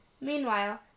Meanwhile